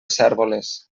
cérvoles